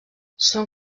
són